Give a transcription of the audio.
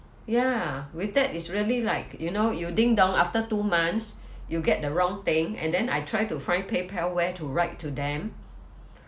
ya with that it's really like you know you ding dong after two months you get the wrong thing and then I try to find paypal where to write to them